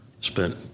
Spent